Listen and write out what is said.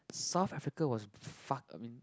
South Africa was fuck I mean